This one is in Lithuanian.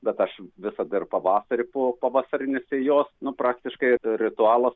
bet aš visda ir pavasarį po pavasarinės sėjos nu praktiškai ritualas